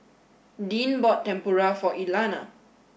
Deann bought Tempura for Elana